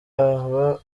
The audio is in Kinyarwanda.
akaba